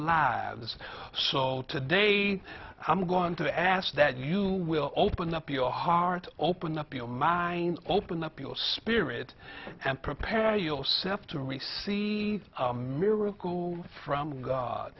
those so today i'm going to ask that you will open up your heart open up your mind open up your spirit and prepare yourself to receive a miracle from god